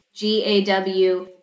GAW